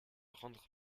rendre